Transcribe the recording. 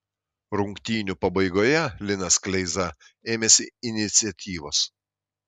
rungtynių pabaigoje linas kleiza ėmėsi iniciatyvos